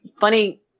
Funny